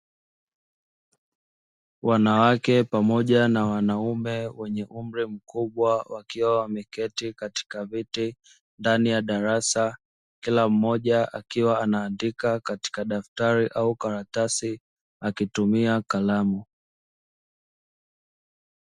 Wanawake pamoja na wanaume wenye umri mkubwa wakiwa wameketi katika viti ndani ya darasa, kila mmoja akiwa anaandika katika daftari au karatasi akitumia kalamu.